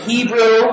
Hebrew